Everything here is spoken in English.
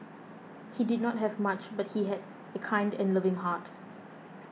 he did not have much but he had a kind and loving heart